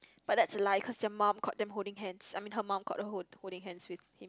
but that's a lie cause your mum caught them holding hands I mean her mum caught her hold holding hands with him